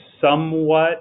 somewhat